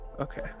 Okay